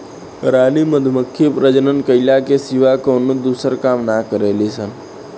रानी मधुमक्खी प्रजनन कईला के सिवा कवनो दूसर काम ना करेली सन